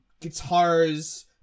guitars